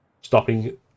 stopping